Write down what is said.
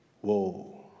whoa